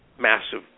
Massive